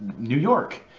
new york,